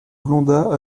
blondats